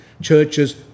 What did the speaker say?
churches